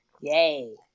Yay